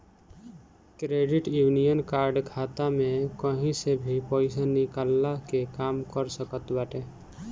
credit union card खाता में कही से भी पईसा निकलला के काम कर सकत बाटे